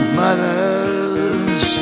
mothers